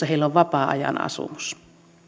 heillä on vapaa ajan asumus